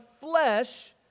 flesh